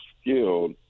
skilled